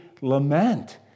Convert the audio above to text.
lament